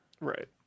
Right